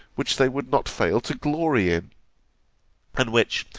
which they would not fail to glory in and which,